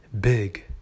big